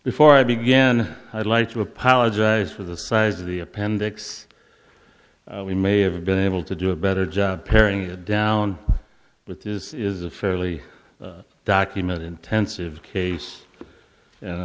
before i began i'd like to apologize for the size of the appendix we may have been able to do a better job paring down with this is a fairly documented intensive case